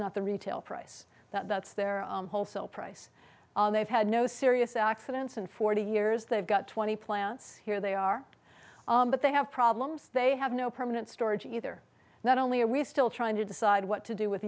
not the retail price that's their wholesale price they've had no serious accidents in forty years they've got twenty plants here they are but they have problems they have no permanent storage either not only are we still trying to decide what to do with